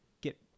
get